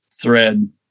thread